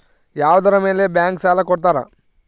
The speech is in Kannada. ಯಾವುದರ ಮೇಲೆ ಬ್ಯಾಂಕ್ ಸಾಲ ಕೊಡ್ತಾರ?